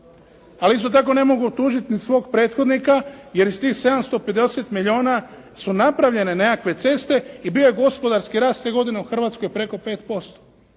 ali isto tako ne mogu optužit ni svog prethodnika jer iz tih 750 milijuna su napravljene nekakve ceste i bio je gospodarski rast te godine u Hrvatskoj preko 5%.